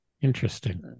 interesting